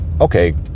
okay